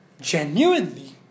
genuinely